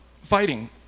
fighting